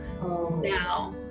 now